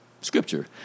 scripture